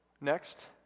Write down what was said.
Next